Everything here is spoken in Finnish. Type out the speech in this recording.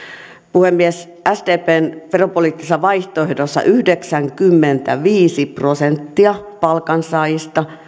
puhemies sdpn veropoliittisessa vaihtoehdossa yhdeksänkymmentäviisi prosenttia palkansaajista